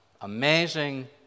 Amazing